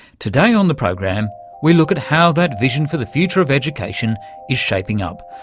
today on the program we look at how that vision for the future of education is shaping up,